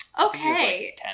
Okay